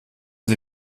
sie